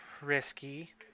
Risky